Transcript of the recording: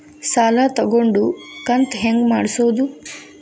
ಸಾಲ ತಗೊಂಡು ಕಂತ ಹೆಂಗ್ ಮಾಡ್ಸೋದು?